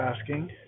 asking